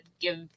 give